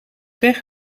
weg